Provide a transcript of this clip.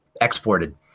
exported